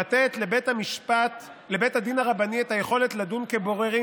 לתת לבית הדין הרבני את היכולת לדון כבוררים,